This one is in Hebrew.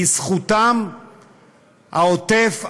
בזכותם העוטף היום,